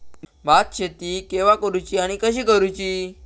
भात शेती केवा करूची आणि कशी करुची?